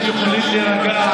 30%. אתם יכולים להירגע.